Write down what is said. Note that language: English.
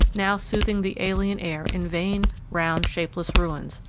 now soothing the alien air in vain, round shapeless ruins,